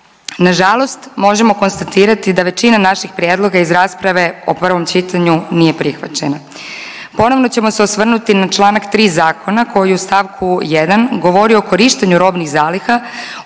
Nažalost, možemo konstatirati da većina naših prijedloga iz rasprave o prvom čitanju nije prihvaćan. Ponovno ćemo se osvrnuti na čl. 3. zakona koji u st. 1. govori o korištenju robnih zaliha